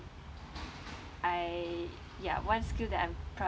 I ya one skill that I'm proud